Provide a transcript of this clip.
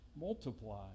multiply